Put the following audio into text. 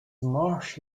marsh